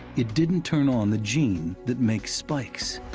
it didn't turn on the gene that makes spikes.